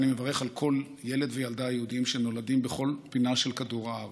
אני מברך על כל ילד וילדה יהודים שנולדים בכל פינה של כדור הארץ.